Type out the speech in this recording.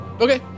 Okay